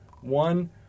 one